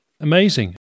Amazing